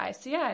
ICI